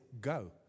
go